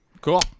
Cool